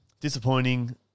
Disappointing